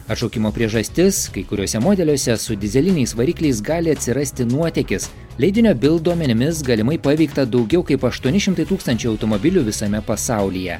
atšaukimo priežastis kai kuriuose modeliuose su dyzeliniais varikliais gali atsirasti nuotėkis leidinio bil duomenimis galimai paveikta daugiau kaip aųtuoni šimtai tūkstančių automobilių visame pasaulyje